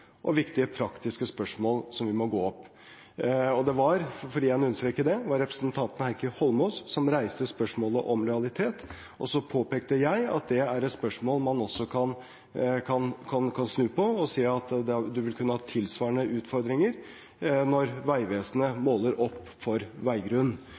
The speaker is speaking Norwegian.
som må adresseres. Det var – for igjen å understreke det – representanten Heikki Eidsvoll Holmås som reiste spørsmålet om lojalitet. Så påpekte jeg at det er et spørsmål man også kan snu på, og si at man vil kunne ha tilsvarende utfordringer når Vegvesenet måler opp veigrunn,